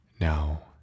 Now